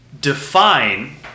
Define